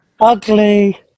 Ugly